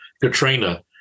Katrina